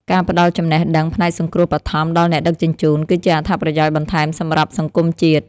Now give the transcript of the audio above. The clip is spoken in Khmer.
ការផ្ដល់ចំណេះដឹងផ្នែកសង្គ្រោះបឋមដល់អ្នកដឹកជញ្ជូន គឺជាអត្ថប្រយោជន៍បន្ថែមសម្រាប់សង្គមជាតិ។